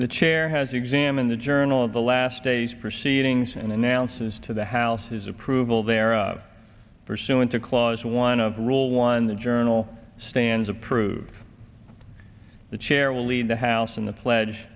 the chair has examined the journal of the last days proceedings and announces to the house his approval there are pursuant to clause one of rule one the journal stands approved the chair will lead the house in the pledge